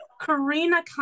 Karina